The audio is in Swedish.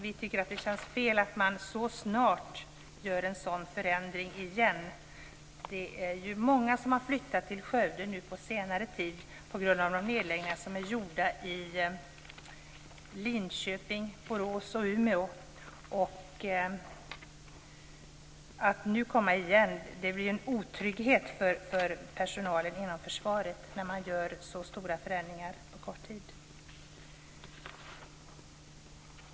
Vi tycker att det känns fel att man så snart gör en förändring igen. Det är många som har flyttat till Skövde på senare tid på grund av de nedläggningar som är gjorda i Linköping, Borås och Umeå. Att göra så stora förändringar på kort tid innebär en otrygghet för personalen inom försvaret.